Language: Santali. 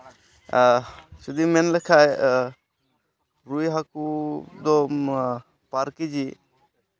ᱟᱨ ᱡᱩᱫᱤᱢ ᱢᱮᱱ ᱞᱮᱠᱷᱟᱱ ᱨᱩᱭ ᱦᱟᱹᱠᱩ ᱫᱚ ᱵᱟᱨ ᱠᱮᱡᱤ